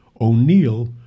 O'Neill